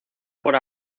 por